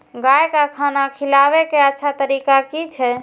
गाय का खाना खिलाबे के अच्छा तरीका की छे?